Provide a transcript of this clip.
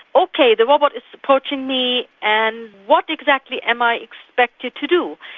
okay, the robot is approaching me and what exactly am i expected to do?